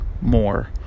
more